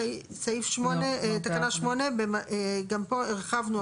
תקנה 8. גם פה הרחבנו,